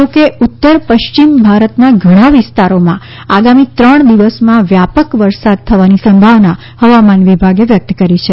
જોકે ઉત્તર પશ્ચિમ ભારતના ઘણાં વિસ્તારોમાં આગામી ત્રણ દિવસમાં વ્યાપક વરસાદ થવાની સંભાવના હવામાન વિભાગે વ્યક્ત કરી છે